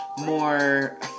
more